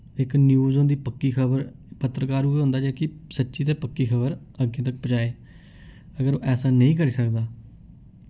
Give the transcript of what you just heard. इक न्यूज होंदी पक्की खबर पत्तरकार उ'यै होंदा जेह्की सच्ची ते पक्की खबर अग्गें तक पजाए अगर ऐसा नेईं करी सकदा